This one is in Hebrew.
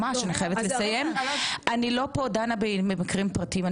אני פה לא דנה במקרים פרטיים.